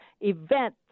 event